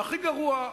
והכי גרוע,